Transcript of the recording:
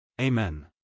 Amen